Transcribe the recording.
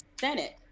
Senate